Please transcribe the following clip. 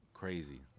crazy